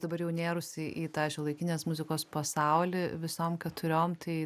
dabar jau nėrusi į tą šiuolaikinės muzikos pasaulį visom keturiom tai